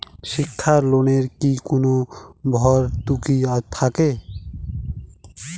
শিক্ষার লোনে কি কোনো ভরতুকি থাকে?